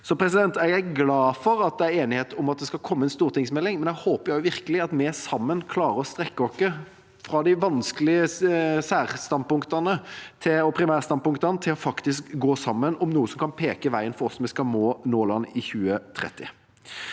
en enighet om. Jeg er glad for at det er enighet om at det skal komme en stortingsmelding, men jeg håper virkelig at vi sammen klarer å strekke oss fra de vanskelige særstandpunktene og primærstandpunktene til faktisk å gå sammen om noe som kan peke ut veien for hvordan vi skal nå målene i 2030.